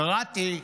קראתי,